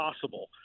possible